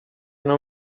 não